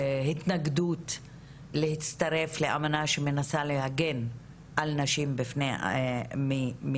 להתנגדות להצטרף לאמנה שמנסה להגן על נשים מפני